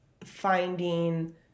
finding